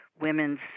Women's